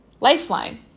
lifeline